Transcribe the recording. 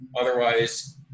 Otherwise